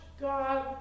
God